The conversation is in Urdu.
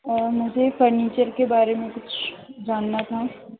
اور مجھے فرنیچر کے بارے میں کچھ جاننا تھا